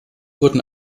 wurden